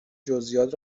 جزییات